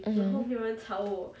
mm